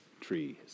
trees